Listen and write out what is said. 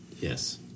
Yes